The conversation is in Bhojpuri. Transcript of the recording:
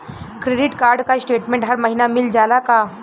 क्रेडिट कार्ड क स्टेटमेन्ट हर महिना मिल जाला का?